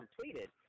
completed